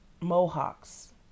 mohawks